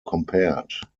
compared